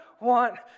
want